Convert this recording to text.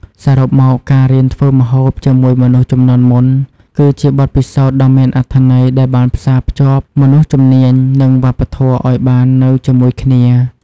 សរុបមក ការរៀនធ្វើម្ហូបជាមួយមនុស្សជំនាន់មុនគឺជាបទពិសោធន៍ដ៏មានអត្ថន័យដែលបានផ្សារភ្ជាប់មនុស្សជំនាញ និងវប្បធម៌ឱ្យបាននៅជាមួយគ្នា។